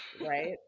right